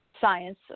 science